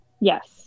Yes